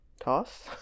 Toss